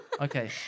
Okay